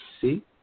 see